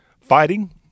fighting